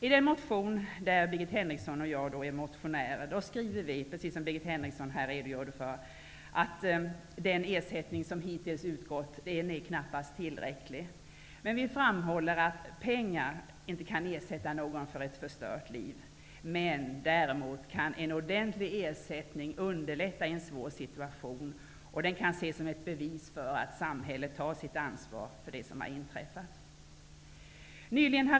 I den motion som Birgit Henriksson och jag har väckt skriver vi att den ersättning som hittills har utgått knappast är tillräcklig. Samtidigt framhåller vi att pengar inte kan ersätta någon för ett förstört liv. Däremot kan en ordentlig ersättning underlätta i en svår situation, och den kan ses som ett bevis för att samhället tar sitt ansvar för det som har inträffat.